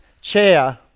chair